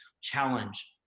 challenge